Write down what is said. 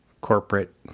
corporate